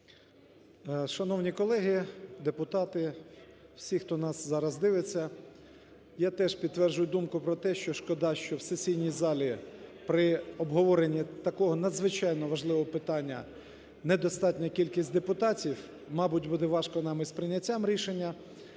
Шановні колеги, депутати, всі, хто нас зараз дивиться! Я теж підтверджую думку про те, шкода, що в сесійній залі при обговоренні такого надзвичайно важливого питання недостатня кількість депутатів, мабуть, буде важко нам і з прийняттям рішення.